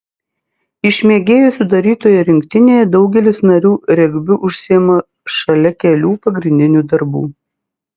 iš mėgėjų sudarytoje rinktinėje daugelis narių regbiu užsiima šalia kelių pagrindinių darbų